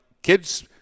Kids